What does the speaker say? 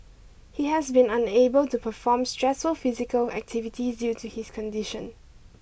he has been unable to perform stressful physical activities due to his condition